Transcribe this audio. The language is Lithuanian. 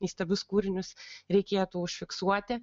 įstabius kūrinius reikėtų užfiksuoti